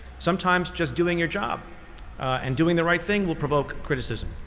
sometimes just doing your job and doing the right thing will provoke criticism.